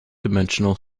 dimensional